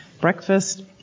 breakfast